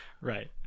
Right